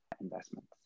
investments